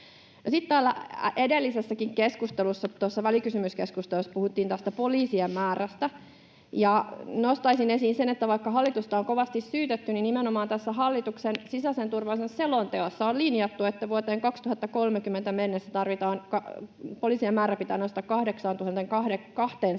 täällä edellisessäkin keskustelussa, tuossa välikysymyskeskustelussa, puhuttiin poliisien määrästä. Nostaisin esiin sen, että vaikka hallitusta on kovasti syytetty, niin nimenomaan tässä hallituksen sisäisen turvallisuuden selonteossa on linjattu, että vuoteen 2030 mennessä poliisien määrä pitää nostaa 8 200